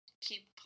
keep